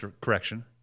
correction